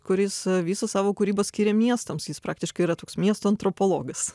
kuris visą savo kūrybą skiria miestams jis praktiškai yra toks miesto antropologas